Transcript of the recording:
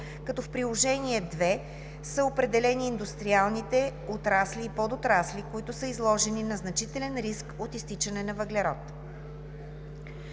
като в Приложение II са определени индустриалните отрасли и подотрасли, които са изложени на значителен риск от „изтичане на въглерод“.